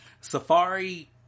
Safari